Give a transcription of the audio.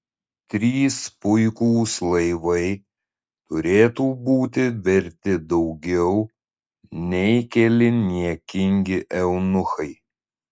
trys puikūs laivai turėtų būti verti daugiau nei keli niekingi eunuchai